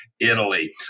Italy